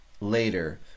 later